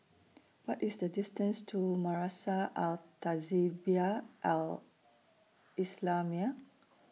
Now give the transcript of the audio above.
What IS The distance to Madrasah Al Tahzibiah Al Islamiah